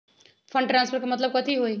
Fund transfer के मतलब कथी होई?